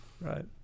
Right